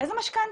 איזה משכנתא?